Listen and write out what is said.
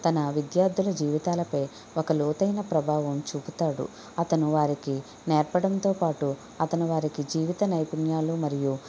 తన విద్యార్థుల జీవితాలపై ఒక లోతైన ప్రభావం చూపుతాడు అతను వారికి నేర్పడంతో పాటు అతను వారికి జీవిత నైపుణ్యాలు మరియు